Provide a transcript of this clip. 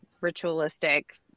ritualistic